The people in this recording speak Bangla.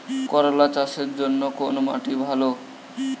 করলা চাষের জন্য কোন মাটি ভালো?